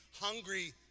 hungry